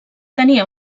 tenia